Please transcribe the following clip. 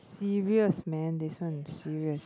serious man that's why I'm serious